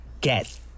get